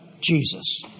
Jesus